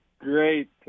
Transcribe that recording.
Great